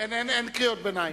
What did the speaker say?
אין קריאות ביניים.